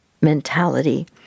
mentality